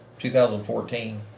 2014